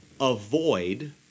avoid